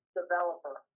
developer